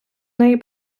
неї